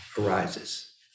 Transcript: arises